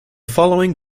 following